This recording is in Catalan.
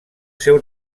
seu